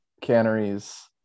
canneries